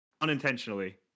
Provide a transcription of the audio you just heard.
Unintentionally